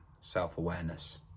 self-awareness